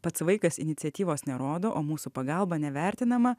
pats vaikas iniciatyvos nerodo o mūsų pagalba nevertinama